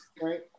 right